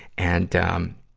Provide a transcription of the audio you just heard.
and, um,